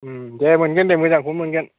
दे मोनगोन दे मोजांखौनो मोनगोन